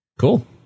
cool